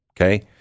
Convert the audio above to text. Okay